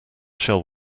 shall